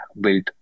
built